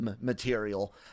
material